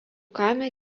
kaime